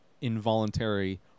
involuntary